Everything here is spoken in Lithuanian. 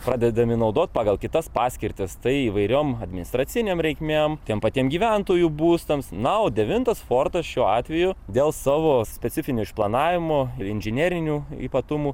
pradedami naudoti pagal kitas paskirtis tai įvairiom administracinėm reikmėm tiems patiems gyventojų būstams na o devintas fortas šiuo atveju dėl savo specifinio išplanavimo inžinerinių ypatumų